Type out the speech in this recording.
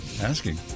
Asking